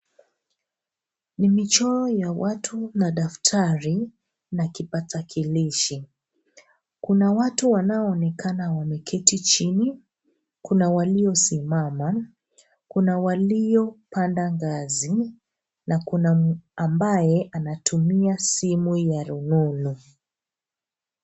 Ni michoro ya watu na daftari na kipakatalishi. Kuna watu wanaoonekana wameketi chini, kuna walio simama. Kuna walio panda ngazi, na kuna ambaye anatumia simu ya rununu.